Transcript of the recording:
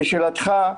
לשאלתך,